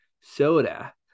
soda